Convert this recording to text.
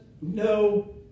no